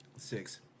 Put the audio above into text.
six